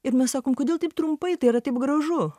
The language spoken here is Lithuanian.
ir mes sakom kodėl taip trumpai tai yra taip gražu